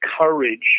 courage